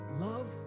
Love